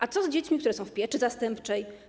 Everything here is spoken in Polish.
A co z dziećmi, które są w pieczy zastępczej?